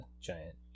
giant